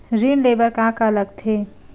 ऋण ले बर का का लगथे?